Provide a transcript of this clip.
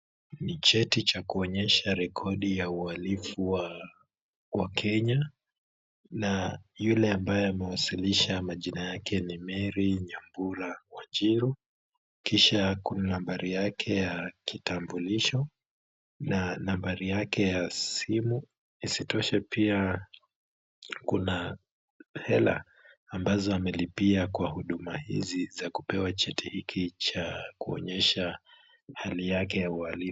Ni cheti cha kuonyesha rekodi ya uhalifu wa wakenya na yule ambaye amewasilisha majina yake ni Mary Nyambura Wanjiru, kisha kuna nambari yake ya kitambulisho na nambari yake ya simu, isitoshe pia kuna hela ambazo amelipia kwa huduma hizi za kupewa cheti hiki cha kuonyesha hali yake ya uhalifu.